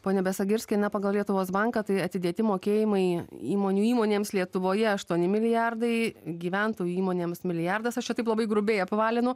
pone besagirskai ne pagal lietuvos banką tai atidėti mokėjimai įmonių įmonėms lietuvoje aštuoni milijardai gyventojų įmonėms milijardas aš čia taip labai grubiai apvalinu